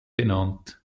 benannt